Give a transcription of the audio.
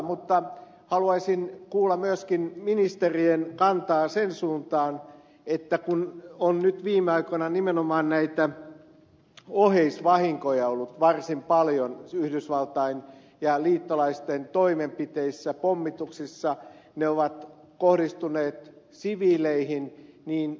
mutta haluaisin kuulla myös ministerien kantaa siitä että on nyt viime aikoina nimenomaan näitä oheisvahinkoja ollut varsin paljon yhdysvaltain ja liittolaisten toimenpiteissä pommituksissa ne ovat kohdistuneet siviileihin